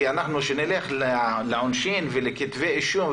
כי כשנלך לעונשין ולכתבי אישום,